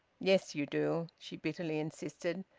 yes you do, she bitterly insisted.